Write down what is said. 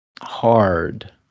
hard